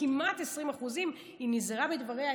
כמעט 20%. היא נזהרה בדבריה,